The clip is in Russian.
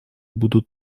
будут